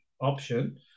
option